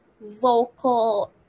vocal